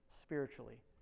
spiritually